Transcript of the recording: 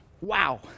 Wow